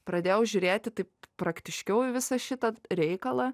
pradėjau žiūrėti taip praktiškiau į visą šitą reikalą